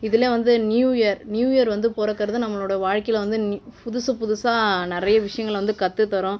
இதில் வந்து new year new year வந்து பிறக்கறது நம்மளோட வாழ்க்கையில வந்து புதுசு புதுசாக நிறைய விஷயங்களை வந்து கற்றுத்தரும்